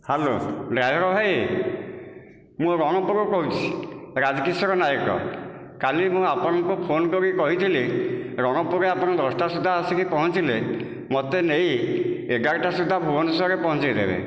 hello driver ଭାଇ ମୁଁ ରଣପୁରରୁ କହୁଛି ରାଜକିଶୋର ନାୟକ କାଲି ମୁଁ ଆପଣଙ୍କୁ ଫୋନ୍ କରି କହିଥିଲି ରଣପୁରରେ ଆପଣ ଦଶଟା ସୁଦ୍ଧା ଆସିକି ପହଞ୍ଚିଲେ ମତେ ନେଇ ଏଗାରଟା ସୁଦ୍ଧା ଭୁବନେଶ୍ଵରରେ ପହଞ୍ଚାଇଦେବେ